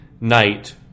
night